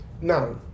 Now